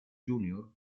junior